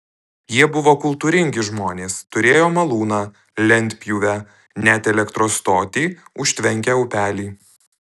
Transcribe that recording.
jie buvo kultūringi žmonės turėjo malūną lentpjūvę net elektros stotį užtvenkę upelį